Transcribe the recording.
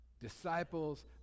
Disciples